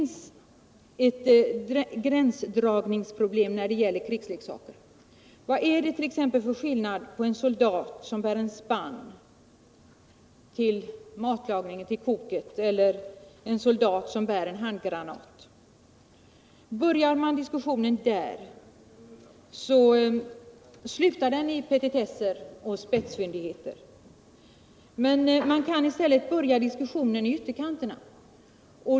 När det gäller krigsleksaker är det svårt att dra en gräns. Vad är dett.ex. för skillnad mellan en soldat som bär en spann till koket och en soldat som bär en handgranat? Börjar man diskussionen där, så slutar den i petitesser och spetsfundigheter. Man kan väl i stället börja diskussionen i ytterkanterna.